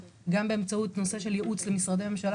גם באמצעות נושא של ייעוץ למשרדי ממשלה